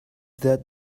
that